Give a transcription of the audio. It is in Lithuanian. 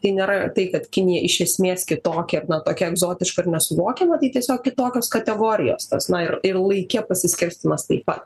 tai nėra tai kad kinija iš esmės kitokia na tokia egzotiška ir nesuvokiama tai tiesiog kitokios kategorijos tas na ir ir laike pasiskirstymas taip pat